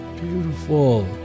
Beautiful